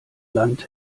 land